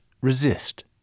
resist